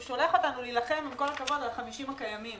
הוא שולח אותנו להילחם על ה-50 הקיימים.